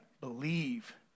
believe